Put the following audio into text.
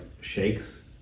shakes